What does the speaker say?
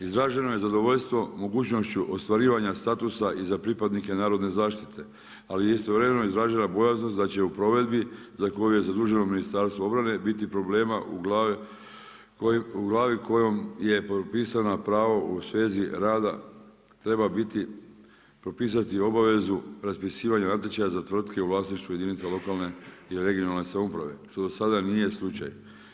Izraženo je zadovoljstvo mogućnošću ostvarivanja statusa i za pripadnike narodne zaštite, ali istovremeno izražava bojaznost, da će u provedbi, za koje je zaduženo ministarstvo obrane, biti problema u glavi kojom je propisana pravo u svezi rada, treba biti, propisati obavezu, raspisivanja natječaja za tvrtke u vlasništvu jedinica lokalne i regionalne samouprave, što do sada nije slučaj.